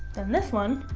than this one